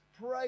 Pray